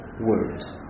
words